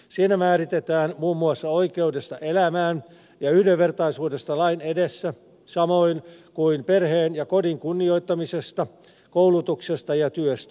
siinä määritetään muun muassa oikeudesta elämään ja yhdenvertaisuudesta lain edessä samoin kuin perheen ja kodin kunnioittamisesta koulutuksesta ja työstä